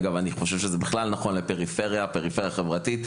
אגב אני חושב שזה כלי שהוא בכלל נכון לפריפריה ולפריפריה חברתית,